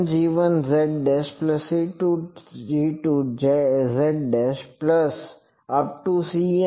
તેથી c1g1zc2g2z